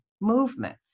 movement